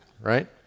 Right